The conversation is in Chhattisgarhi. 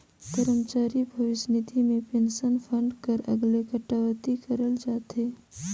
करमचारी भविस निधि में पेंसन फंड कर अलगे कटउती करल जाथे